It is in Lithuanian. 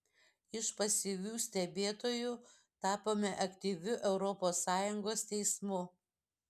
iš pasyvių stebėtojų tapome aktyviu europos sąjungos teismu